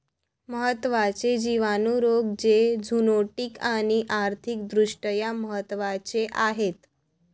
महत्त्वाचे जिवाणू रोग जे झुनोटिक आणि आर्थिक दृष्ट्या महत्वाचे आहेत